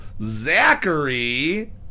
Zachary